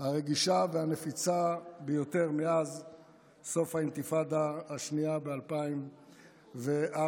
הרגישה והנפיצה ביותר מאז סוף האינתיפאדה השנייה ב-2004,